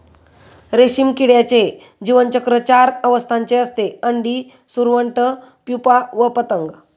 रेशीम किड्याचे जीवनचक्र चार अवस्थांचे असते, अंडी, सुरवंट, प्युपा व पतंग